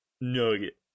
Nugget